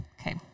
Okay